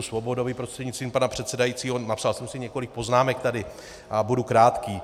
Svobodovi prostřednictvím pana předsedajícího, napsal jsem si několik poznámek tady a budu krátký.